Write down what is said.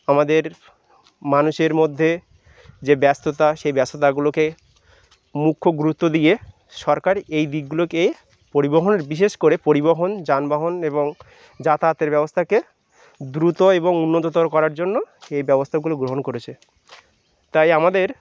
আমাদের মানুষের মধ্যে যে ব্যস্ততা সেই ব্যস্ততাগুলোকে মুখ্য গুরুত্ব দিয়ে সরকার এই দিকগুলোকে পরিবহনের বিশেষ করে পরিবহন যানবাহন এবং যাতায়াতের ব্যবস্থাকে দ্রুত এবং উন্নততর করার জন্য এই ব্যবস্থাগুলো গ্রহণ করেছে তাই আমাদের